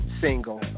Single